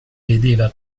vedeva